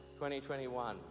2021